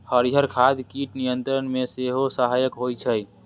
हरियर खाद कीट नियंत्रण मे सेहो सहायक होइ छै